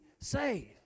saved